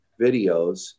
videos